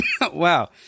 Wow